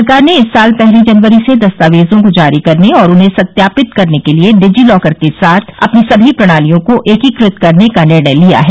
सरकार ने इस साल पहली जनवरी से दस्तावेजों को जारी करने और उन्हें सत्यापित करने के लिए डिजी लॉकर के साथ अपनी सभी प्रणालियों को एकीकृत करने का निर्णय लिया है